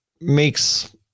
makes